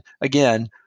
again